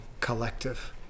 collective